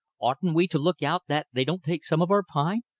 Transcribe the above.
oughtn't we to look out that they don't take some of our pine?